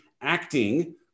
acting